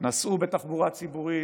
נסעו בתחבורה ציבורית,